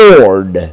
Lord